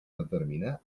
determinar